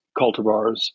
cultivars